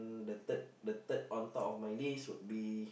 the third the third on top of my list would be